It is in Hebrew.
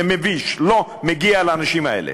זה מביש, לא מגיע לאנשים האלה.